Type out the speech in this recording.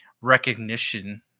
recognition